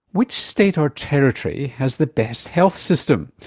which state or territory has the best health system?